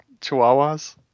Chihuahuas